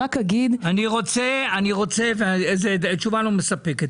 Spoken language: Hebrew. זאת תשובה לא מספקת.